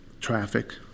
traffic